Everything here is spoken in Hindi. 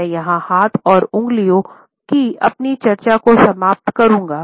मैं यहां हाथ और उंगलियों की अपनी चर्चा को समाप्त करुंगा